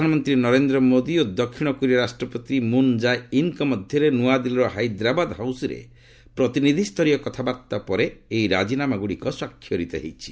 ପ୍ରଧାନମନ୍ତ୍ରୀ ନରେନ୍ଦ୍ର ମୋଦି ଓ ଦକ୍ଷିଣ କୋରିଆ ରାଷ୍ଟ୍ରପତି ମୁନ୍ ଜାଏ ଇନ୍ଙ୍କ ମଧ୍ୟରେ ନୂଆଦିଲ୍ଲୀର ହାଇଦ୍ରାବାଦ ହାଉସରେ ପ୍ରତିନିଧିଷ୍ଠରୀୟ କଥାବାର୍ତ୍ତା ପରେ ଏହି ରାଜିନାମାଗୁଡିକ ସ୍ୱାକ୍ଷରିତ ହୋଇଛି